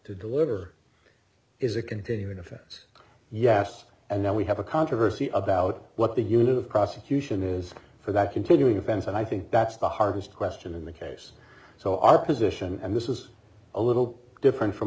to deliver is a continuing offense yes and now we have a controversy about what the unit of prosecution is for that continuing offense and i think that's the hardest question in the case so our position and this is a little different from